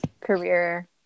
career